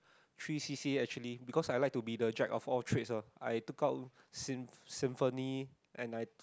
three c_c_a actually because I like to be the Jack of all trades ah I took out sym~ symphony and I